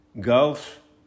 Gulf